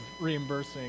reimbursing